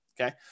Okay